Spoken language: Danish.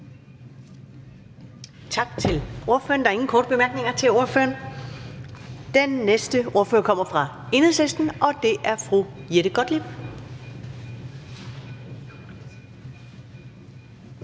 Tak til ordføreren. Der er ingen korte bemærkninger til ordføreren. Den næste ordfører er fra Liberal Alliance, og det er hr. Ole Birk